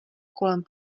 kolem